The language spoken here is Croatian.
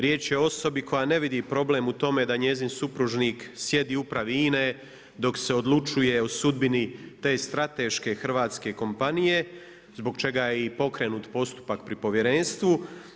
Riječ je o osobi koja ne vidi problem u tome da njezin supružnik sjedi u Upravi INA-e dok se odlučuje o sudbini te strateške hrvatske kompanije zbog čega je i pokrenut postupak pri povjerenstvu.